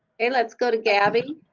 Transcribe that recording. hey let's go to gabi